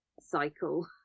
cycle